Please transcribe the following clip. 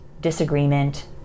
disagreement